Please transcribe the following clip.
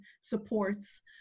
supports